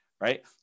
Right